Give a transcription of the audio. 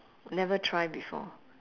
never try before